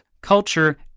culture